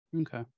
Okay